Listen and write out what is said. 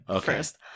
first